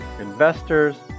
investors